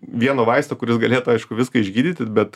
vieno vaisto kuris galėtų aišku viską išgydyti bet